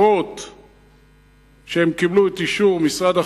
אפילו שהם קיבלו את אישור משרד החינוך,